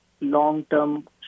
long-term